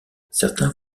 certains